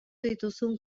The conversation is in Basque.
dituzun